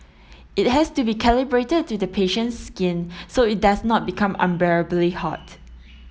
it has to be calibrated to the patient's skin so it does not become unbearably hot